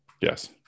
yes